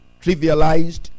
trivialized